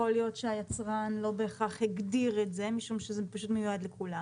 יכול להיות שהיצרן לא בהכרח הגדיר את זה משום שזה פשוט מיועד לכולם.